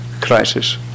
crisis